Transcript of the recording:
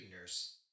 Nurse